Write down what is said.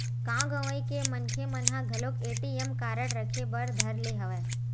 गाँव गंवई के मनखे मन ह घलोक ए.टी.एम कारड रखे बर धर ले हवय